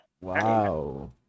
Wow